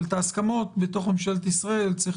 אבל לצורך הסכמות בתוך ממשלת ישראל צריך